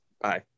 Bye